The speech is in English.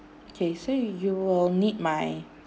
okay so you you will need my